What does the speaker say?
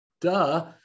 duh